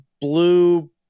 blue